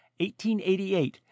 1888